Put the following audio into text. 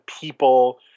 people